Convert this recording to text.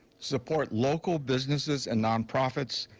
support local businesses and nonprofits,